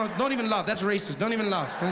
um don't even laugh, that's racist don't even laugh.